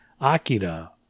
Akira